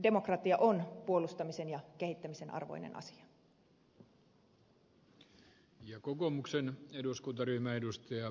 demokratia on puolustamisen ja kehittämisen arvoinen asia